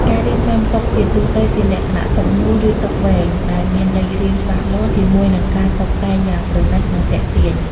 ការរៀបចំតុជាទូទៅជាលក្ខណៈតុមូល ឬតុវែងដែលមានលេខរៀងច្បាស់លាស់ ជាមួយនឹងការតុបតែងយ៉ាងប្រណីត និងទាក់ទាញ។